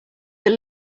but